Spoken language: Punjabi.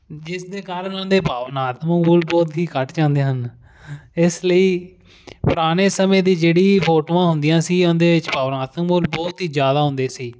ਜਿਸ ਦੇ ਕਾਰਨ ਉਹਨਾਂ ਦੇ ਭਾਵਨਾਤਮਕ ਮੁੱਲ ਬਹੁਤ ਹੀ ਘੱਟ ਜਾਂਦੇ ਹਨ ਇਸ ਲਈ ਪੁਰਾਣੇ ਸਮੇਂ ਦੀ ਜਿਹੜੀ ਫੋਟੋਆਂ ਹੁੰਦੀਆਂ ਸੀ ਉਹਦੇ ਵਿੱਚ ਭਾਵਨਾਤਮਕ ਮੁੱਲ ਬਹੁਤ ਹੀ ਜ਼ਿਆਦਾ ਹੁੰਦੇ ਸੀ